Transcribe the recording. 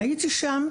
הייתי שם.